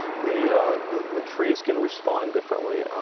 the the trees can respond differently.